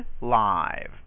live